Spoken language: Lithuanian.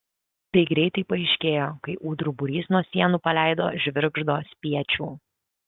tai greitai paaiškėjo kai ūdrų būrys nuo sienų paleido žvirgždo spiečių